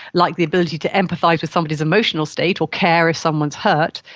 like the ability to empathise with somebody's emotional state or care if somebody is hurt.